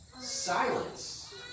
Silence